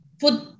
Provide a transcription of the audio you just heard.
put